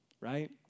right